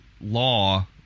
law